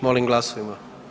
Molim glasujmo.